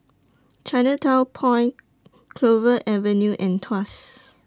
Chinatown Point Clover Avenue and Tuas